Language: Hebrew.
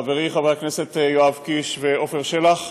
חברי חברי הכנסת יואב קיש ועפר שלח,